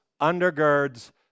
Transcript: undergirds